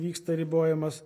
vyksta ribojimas